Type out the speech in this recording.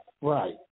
Right